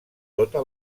tota